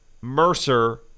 Mercer